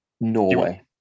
Norway